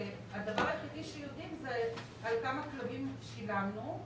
שהדבר היחידי שיודעים זה על כמה כלבים שילמנו,